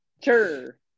sure